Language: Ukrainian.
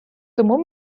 тому